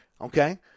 Okay